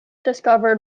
discovered